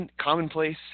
commonplace